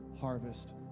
harvest